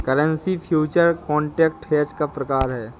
currency future contract hedge का प्रकार है